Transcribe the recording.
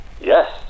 Yes